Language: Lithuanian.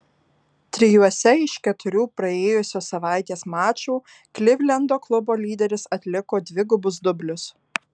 trijuose iš keturių praėjusios savaitės mačų klivlendo klubo lyderis atliko dvigubus dublius